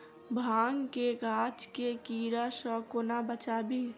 भांग केँ गाछ केँ कीड़ा सऽ कोना बचाबी?